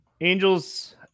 Angels